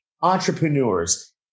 Entrepreneurs